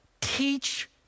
teach